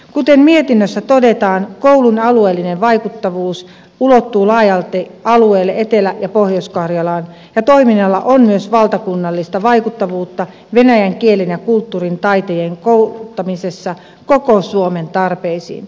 kuten mietinnössä todetaan koulun alueellinen vaikuttavuus ulottuu laajalle alueelle etelä ja pohjois karjalaan ja toiminnalla on myös valtakunnallista vaikuttavuutta venäjän kielen ja kulttuurin taitajien kouluttamisessa koko suomen tarpeisiin